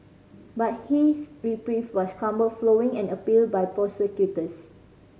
but his reprieve was crumbled following and an appeal by prosecutors